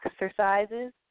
exercises